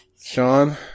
Sean